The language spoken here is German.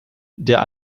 der